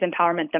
empowerment